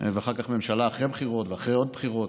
ואחר כך ממשלה אחרי הבחירות ואחרי עוד בחירות,